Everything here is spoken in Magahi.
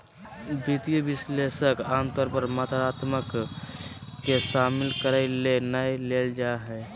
वित्तीय विश्लेषक आमतौर पर मात्रात्मक के शामिल करय ले नै लेल जा हइ